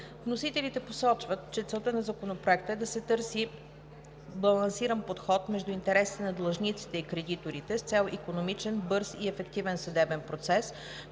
Вносителите посочват, че целта на Законопроекта е да търси балансиран подход между интересите на длъжниците и кредиторите с цел икономичен, бърз и ефективен съдебен процес,